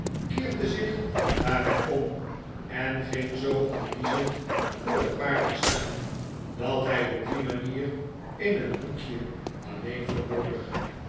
keerde zich daarbij om en ging zoo al niezend voor het paartje staan dat hij op die manier in een hoekje alleen verborg